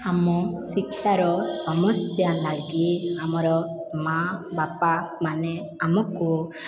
ଆମ ଶିକ୍ଷାର ସମସ୍ୟା ଲାଗି ଆମର ମା' ବାପା ମାନେ ଆମକୁ